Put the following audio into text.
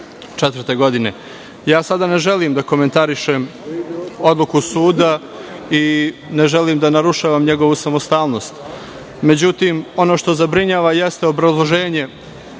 2004. godine. Sada ne želim da komentarišem odluku suda i ne želim da narušavam njegovu samostalnost. Međutim, ono što zabrinjava jeste obrazloženje